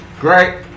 Great